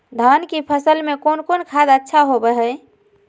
धान की फ़सल में कौन कौन खाद अच्छा होबो हाय?